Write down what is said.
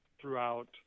throughout